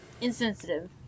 insensitive